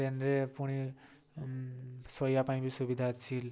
ଟ୍ରେନ୍ରେ ପୁଣି ଶୋଇବା ପାଇଁ ବି ସୁବିଧା ଅଛି